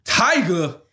Tiger